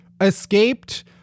escaped